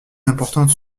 importante